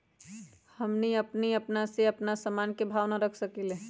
हमनी अपना से अपना सामन के भाव न रख सकींले?